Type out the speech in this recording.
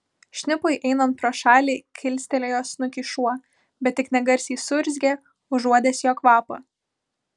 šnipui einant pro šalį kilstelėjo snukį šuo bet tik negarsiai suurzgė užuodęs jo kvapą